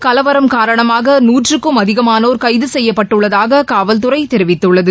கலவரம் காரணமாக நுற்றுக்கும் அதிகமானோர் கைதசெய்யப்பட்டுள்ளதாககாவல்தறைதெரிவித்துள்ளது